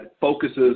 focuses